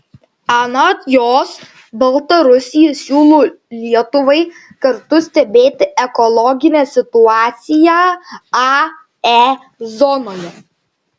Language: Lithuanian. anot jos baltarusija siūlo lietuvai kartu stebėti ekologinę situaciją ae zonoje